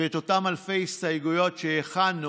ואת את אותן אלפי הסתייגויות שהכנו